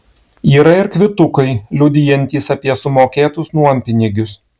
yra ir kvitukai liudijantys apie sumokėtus nuompinigius